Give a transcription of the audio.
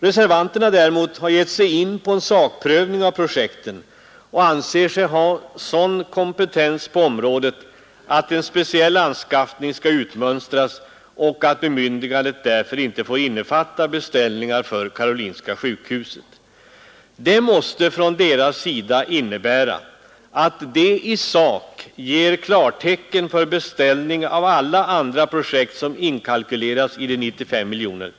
Reservanterna däremot har gett sig in på en sakprövning av projekten och anser sig ha sådan kompetens på området att en speciell, möjlig anskaffning skall utmönstras och att bemyndigandet därför inte får innefatta beställningar för karolinska sjukhuset. Det måste innebära att de i sak ger klartecken för beställning av alla andra projekt som inkalkyleras i de 95 miljonerna.